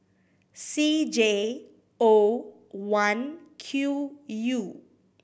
C J O one Q U